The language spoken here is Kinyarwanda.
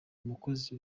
umukozi